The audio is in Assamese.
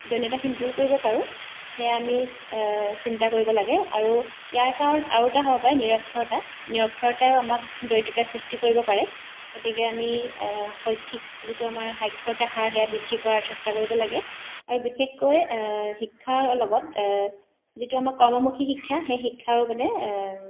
দৈন্যতাখিনি দূৰ কৰিব পাৰোঁ সেয়া আমি চিন্তা কৰিব লাগে আৰু ইয়াৰ কাৰণ আৰু এটা হ'ব পাৰে নিৰক্ষৰতা নিৰক্ষৰতায়ো আমাক দৰিদ্ৰতাৰ সৃষ্ট কৰিব পাৰে গতিকে আমি শৈক্ষিক যিটো আমাৰ সাক্ষৰতা হাৰ হেয়া বৃদ্ধি কৰাৰ চেষ্টা কৰিব লাগে আৰু বিশেষকৈ শিক্ষাৰ লগত যিটো আমাক কৰ্মমুখী শিক্ষা সেই শিক্ষাৰো মানে